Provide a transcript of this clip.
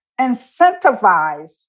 incentivize